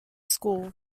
school